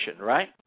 right